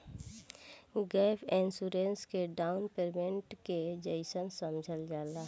gap insurance के down payment के जइसन समझल जाला